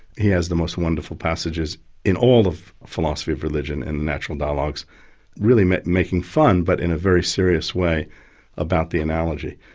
he has the most wonderful passages in all of philosophy of religion in the natural dialogues really making fun but in a very serious way about the analogy.